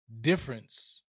difference